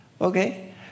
okay